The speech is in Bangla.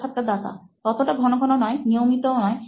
সাক্ষাৎকারদাতা ততটা ঘন ঘন নয় নিয়মিতও নয়